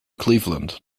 cleveland